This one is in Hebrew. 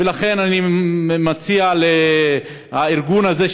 ולכן אני מציע לארגון הזה,